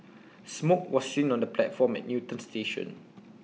smoke was seen on the platform at Newton station